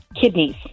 Kidneys